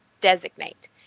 designate